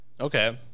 Okay